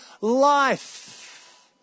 life